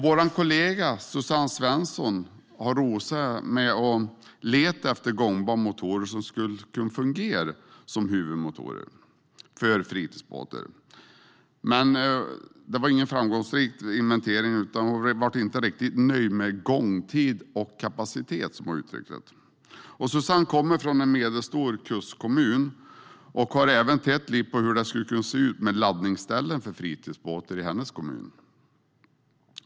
Vår kollega Suzanne Svensson har roat sig med att leta efter gångbara motorer som skulle kunna fungera som huvudmotorer för fritidsbåtar. Men det var inte någon framgångsrik inventering. Hon blev inte riktigt nöjd med gångtid och kapacitet, som hon uttryckte det. Suzanne Svensson kommer från en medelstor kustkommun och har även tittat lite på hur det skulle kunna se ut med laddningsställen för fritidsbåtar i hennes kommun.